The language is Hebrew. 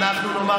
די, אתה מעייף.